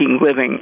living